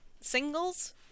singles